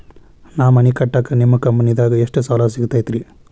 ನಾ ಮನಿ ಕಟ್ಟಾಕ ನಿಮ್ಮ ಕಂಪನಿದಾಗ ಎಷ್ಟ ಸಾಲ ಸಿಗತೈತ್ರಿ?